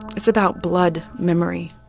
it's about blood memory